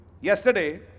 yesterday